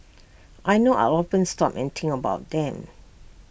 I know I'll often stop and think about them